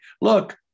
look